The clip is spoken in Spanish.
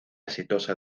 exitosa